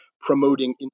promoting